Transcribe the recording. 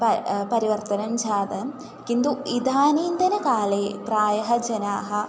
प परिवर्तनं जातम् किन्तु इदानीन्तनकाले प्रायः जनाः